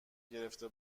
گرفته